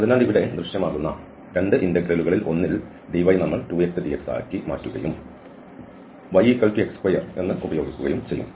അതിനാൽ ഇവിടെ ദൃശ്യമാകുന്ന 2 ഇന്റഗ്രലുകളിൽ ഒന്നിൽ dy നമ്മൾ 2 x dx ആയി മാറ്റുകയുംyx2 ആയി ഉപയോഗിക്കുകയും ചെയ്യും